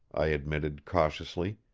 i admitted cautiously.